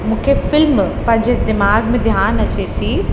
मूंखे फिल्म पंहिंजे दिमाग़ में ध्यानु अचे थी